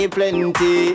Plenty